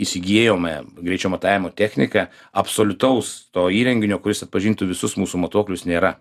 įsigijome greičio matavimo techniką absoliutaus to įrenginio kuris atpažintų visus mūsų matuoklius nėra